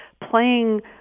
playing